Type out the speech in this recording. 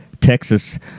Texas